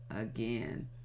again